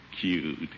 Cute